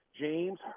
James